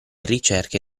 ricerche